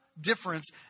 difference